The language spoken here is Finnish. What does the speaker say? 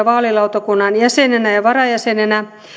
vaalilautakunnan jäsenenä ja varajäsenenä